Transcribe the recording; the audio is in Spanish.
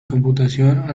computación